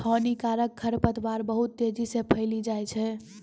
हानिकारक खरपतवार बहुत तेजी से फैली जाय छै